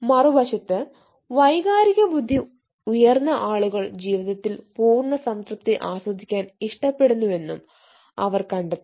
മറുവശത്ത് വൈകാരിക ബുദ്ധി ഉയർന്ന ആളുകൾ ജീവിതത്തിൽ പൂർണ്ണ സംതൃപ്തി ആസ്വദിക്കാൻ ഇഷ്ടപ്പെടുന്നുവെന്നും അവർ കണ്ടെത്തി